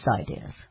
ideas